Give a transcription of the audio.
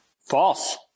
false